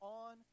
on